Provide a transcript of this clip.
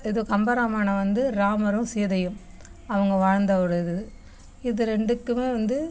ஏதோ கம்பராமாயணம் வந்து ராமரும் சீதையும் அவங்க வாழ்ந்த ஒரு இது இது ரெண்டுக்குமே வந்து